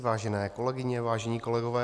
Vážené kolegyně, vážení kolegové.